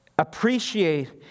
appreciate